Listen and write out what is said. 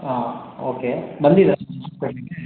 ಹಾ ಓಕೆ ಬಂದಿದ